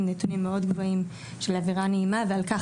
עם נתונים מאוד גבוהים של אווירה נעימה ועל כך